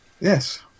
yes